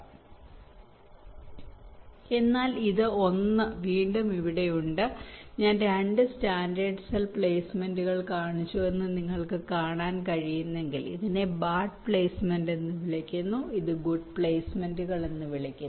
അതിനാൽ ഇത് 1 വീണ്ടും ഇവിടെയുണ്ട് ഞാൻ 2 സ്റ്റാൻഡേർഡ് സെൽ പ്ലെയ്സ്മെന്റുകൾ കാണിച്ചുവെന്ന് നിങ്ങൾക്ക് കാണാൻ കഴിയുമെങ്കിൽ ഇതിനെ ബാഡ് പ്ലേസ്മെന്റ് എന്ന് വിളിക്കുന്നു ഇതിനെ ഗുഡ് പ്ലെയ്സ്മെന്റുകൾ എന്ന് വിളിക്കുന്നു